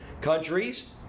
countries